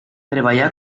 treballà